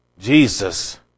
Jesus